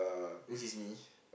which is me